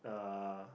uh